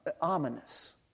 ominous